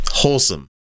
wholesome